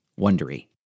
Wondery